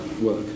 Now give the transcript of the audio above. work